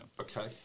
Okay